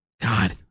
God